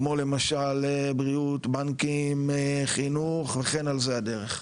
כמו למשל בריאות, בנקים, חינוך וכן על זה הדרך.